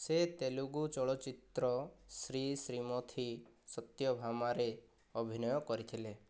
ସେ ତେଲୁଗୁ ଚଳଚ୍ଚିତ୍ର ଶ୍ରୀ ଶ୍ରୀମଥୀ ସତ୍ୟଭାମାରେ ଅଭିନୟ କରିଥିଲେ